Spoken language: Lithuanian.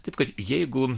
taip kad jeigu